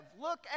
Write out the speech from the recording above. Look